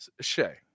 shay